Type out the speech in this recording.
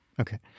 Okay